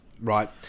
Right